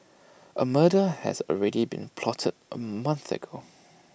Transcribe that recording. A murder has already been plotted A month ago